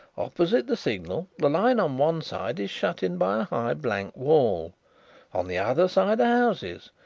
opposite the signal the line on one side is shut in by a high blank wall on the other side are houses,